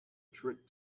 trip